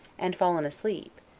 and fallen asleep,